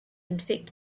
infect